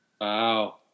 Wow